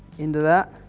into that,